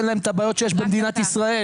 אין להם את הבעיות שיש במדינת ישראל.